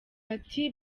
ati